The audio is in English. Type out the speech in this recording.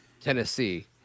Tennessee